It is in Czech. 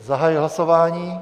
Zahajuji hlasování.